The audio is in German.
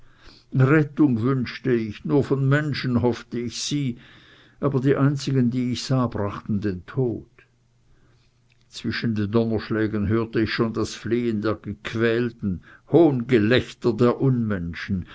rettung wünschte ich nur von menschen hoffte ich sie aber die einzigen die ich sah brachten den tod zwischen den donnerschlägen hörte ich schon das flehen der gequälten hohngelächter der unmenschen